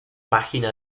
página